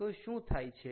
તો શું થાય છે